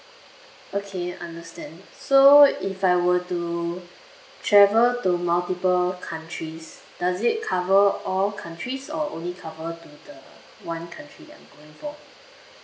okay understand so if I were to travel to multiple countries does it cover all countries or only cover to the one country that I'm going for